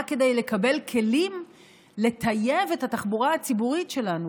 כדי לקבל כלים לטייב את התחבורה הציבורית שלנו,